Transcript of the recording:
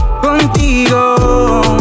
Contigo